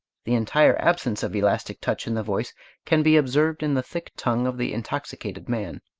the entire absence of elastic touch in the voice can be observed in the thick tongue of the intoxicated man.